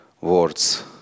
words